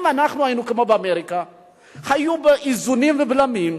אם אנחנו היינו כמו באמריקה היו איזונים ובלמים,